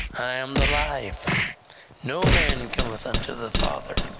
i am the life no man cometh unto the father,